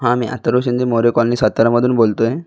हां मी अथर्व शिंदे मोरे कॉलनी सातारामधून बोलतो आहे